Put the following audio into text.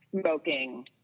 smoking